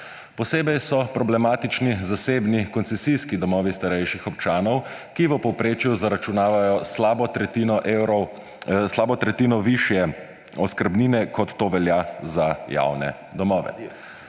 Posebej so problematični zasebni koncesijski domovi starejših občanov, ki v povprečju zaračunavajo slabo tretjino višje oskrbnine, kot to velja za javne domove.